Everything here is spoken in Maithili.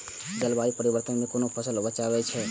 जलवायु परिवर्तन से कोना अपन फसल कै बचायब?